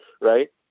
right